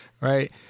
right